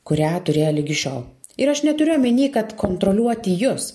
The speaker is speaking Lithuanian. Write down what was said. kurią turėjo ligi šiol ir aš neturiu omeny kad kontroliuoti jus